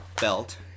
belt